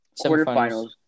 quarterfinals